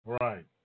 Right